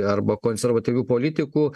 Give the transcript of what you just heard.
arba konservatyvių politikų